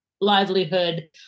livelihood